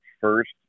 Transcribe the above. first